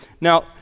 Now